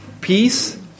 peace